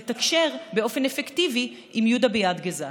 לתקשר באופן אפקטיבי עם יהודה ביאדגה,